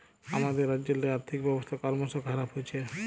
আমাদের রাজ্যেল্লে আথ্থিক ব্যবস্থা করমশ খারাপ হছে